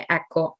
ecco